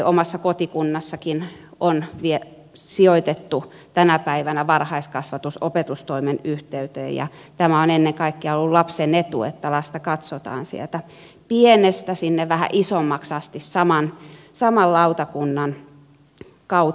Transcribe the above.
omassa kotikunnassakin on sijoitettu tänä päivänä varhaiskasvatus opetustoimen yhteyteen ja tämä on ennen kaikkea ollut lapsen etu että lasta katsotaan sieltä pienestä sinne vähän isommaksi asti saman lautakunnan kautta